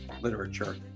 literature